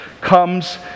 comes